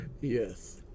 Yes